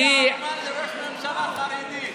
אני אומר שהגיע הזמן לראש ממשלה חרדי.